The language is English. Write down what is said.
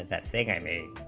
that thing i mean